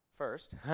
First